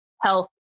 health